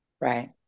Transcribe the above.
Right